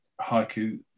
haiku